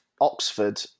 Oxford